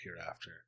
hereafter